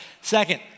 second